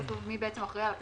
לא כתוב מי אחראי על הפרסום.